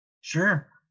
sure